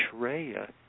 Shreya